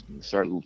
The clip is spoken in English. start